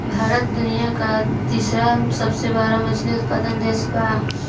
भारत दुनिया का तीसरा सबसे बड़ा मछली उत्पादक देश बा